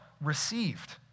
received